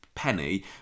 Penny